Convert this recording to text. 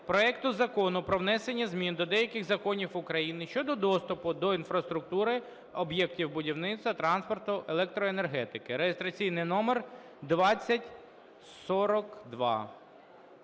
проекту Закону про внесення змін до деяких законів України щодо доступу до інфраструктури об'єктів будівництва, транспорту, електроенергетики (реєстраційний номер 2042).